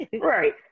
Right